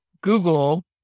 google